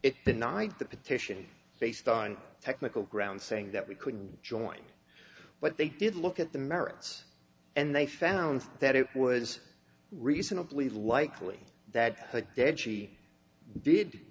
it denied the petition based on technical grounds saying that we couldn't join but they did look at the merits and they found that it was reasonably likely that the dead she did